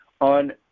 on